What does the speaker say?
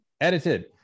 edited